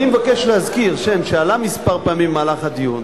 אני מבקש להזכיר שם שעלה כמה פעמים במהלך הדיון,